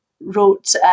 wrote